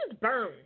burn